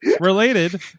Related